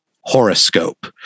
Horoscope